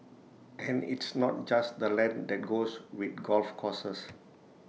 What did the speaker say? and it's not just the land that goes with golf courses